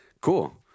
Cool